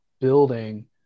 building